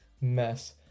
mess